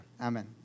Amen